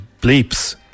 bleeps